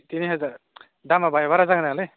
थिनि हाजार दामा बाङाय बारा जागोन दांलै